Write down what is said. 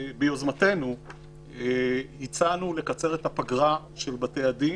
ביוזמתנו הצענו לקצר את הפגרה של בתי הדין,